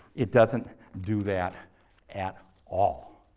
it doesn't do that at all.